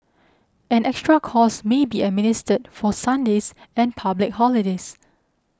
an extra cost may be administered for Sundays and public holidays